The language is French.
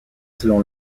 selon